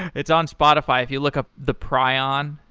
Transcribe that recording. it's on spotify, if you look up the prion,